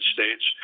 States